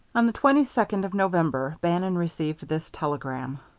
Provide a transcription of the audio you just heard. on the twenty-second of november bannon received this telegram